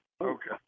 Okay